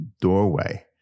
doorway